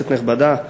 כנסת נכבדה,